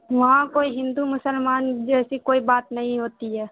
وہاں کوئی ہندو مسلمان جیسی کوئی بات نہیں ہوتی ہے